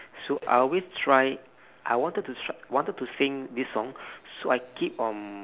so I always tried I wanted to tr~ wanted to sing this song so I keep on